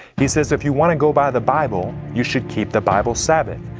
he says, if you want to go by the bible you should keep the bible sabbath.